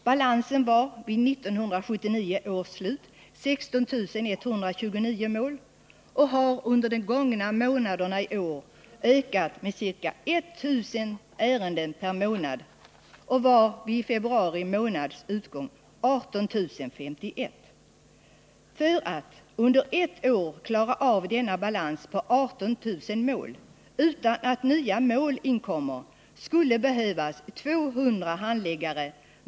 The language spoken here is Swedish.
Balansen var vid 1979 års slut 16 129 mål och har under de gångna månaderna i år ökat med ca 1 000 ärenden per månad. Vid februari månads utgång var balansen 18 051 mål. För att under ett år klara av denna balans på 18 000 mål — jag bortser alltså från att nya mål tillkommer — skulle behövas 200 handläggare.